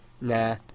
Nah